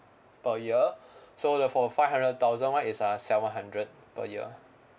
per year so the for five hundred thousand [one] is uh seven hundred per year